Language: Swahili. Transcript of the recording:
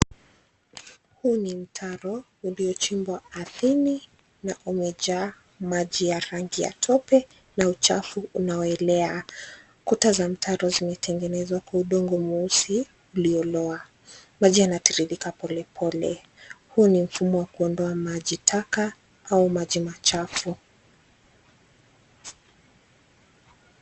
Huu ni mtaro uliochimbwa ardhini na umejaa maji ya rangi ya tope na uchafu unaoelea. Kuta za mtaro zimetengezwa kwa udongo mweusi uliolowa. Maji yanatiririka polepole. Huu ni mfumo wa kuondoa maji taka au maji machafu.